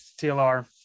tlr